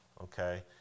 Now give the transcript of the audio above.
okay